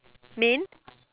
main